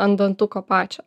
ant dantuko pačio